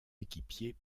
équipier